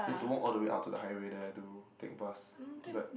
you have to walk all the way out to the highway there to take bus but